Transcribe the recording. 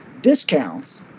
discounts